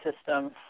system